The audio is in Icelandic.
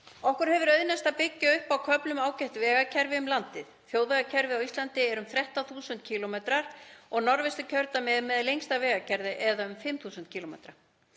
Okkur hefur auðnast að byggja upp á köflum ágætt vegakerfi um landið. Þjóðvegakerfið á Íslandi er um 13.000 km og Norðvesturkjördæmi er með lengsta vegakerfið eða um 5.000 km.